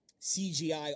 CGI